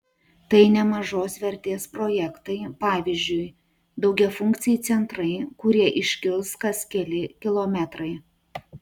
tai nemažos vertės projektai pavyzdžiui daugiafunkciai centrai kurie iškils kas keli kilometrai